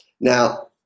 Now